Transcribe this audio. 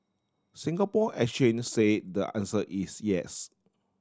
Singapore Exchange say the answer is yes